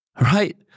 right